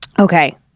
Okay